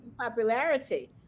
popularity